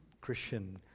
Christian